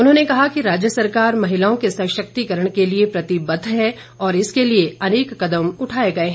उन्होंने कहा कि राज्य सरकार महिलाओं के सशक्तिकरण के लिए प्रतिबद्ध है और इसके लिए अनेक कदम उठाए गए हैं